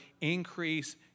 increase